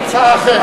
הצעה אחרת.